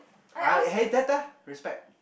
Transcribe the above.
I !hey! respect